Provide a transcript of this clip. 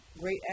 great